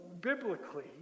biblically